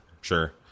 sure